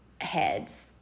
heads